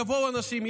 יבואו אנשים,